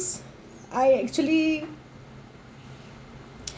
use I actually